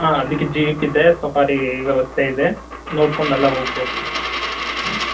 ಹಾಂ ಅದಕ್ಕೆ ಜೀಪಿದೆ ಸಫಾರಿ ವ್ಯವಸ್ಥೆ ಇದೆ ನೋಡಿಕೊಂಡೆಲ್ಲ ಹೋಗಬಹುದು